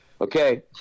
okay